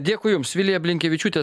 dėkui jums vilija blinkevičiūtė